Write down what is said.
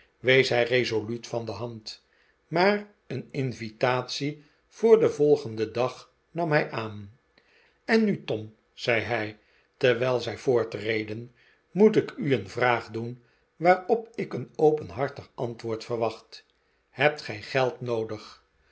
wees hij resoluut van de hand maar een invitatie voor den volgenden dag nam hij aan en nu tom zei hij terwijl zij voortreden moet ik u een vraag doen waarop ik een openhartig antwoord verwacht hebt gij geld noodig